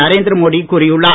நரேந்திர மோடி கூறியுள்ளார்